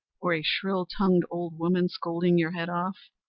or a shrill-tongued old woman scolding your head off?